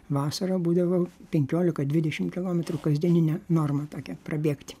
vasarą būdavo penkiolika dvidešim kilometrų kasdieninė norma tokia prabėgt